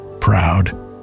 proud